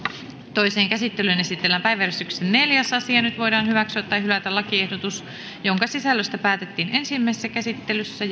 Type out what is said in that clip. toiseen käsittelyyn esitellään päiväjärjestyksen neljäs asia nyt voidaan hyväksyä tai hylätä lakiehdotus jonka sisällöstä päätettiin ensimmäisessä käsittelyssä